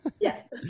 Yes